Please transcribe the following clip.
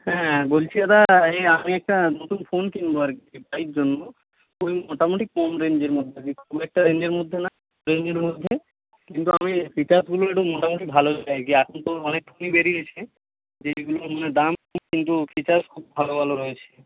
হ্যাঁ বলছি দাদা আমি একটা নতুন ফোন কিনব আর কি তাই জন্য ওই মোটামুটি কম রেঞ্জের মধ্যে খুব একটা রেঞ্জের মধ্যে না রেঞ্জের মধ্যে কিন্তু আমি ফিচার্সগুলো একটু মোটামুটি ভালো চাইছি এখন তো অনেক ফোনই বেরিয়ে গেছে যেইগুলোর মানে দাম কিন্তু ফিচার্স খুব ভালো ভালো রয়েছে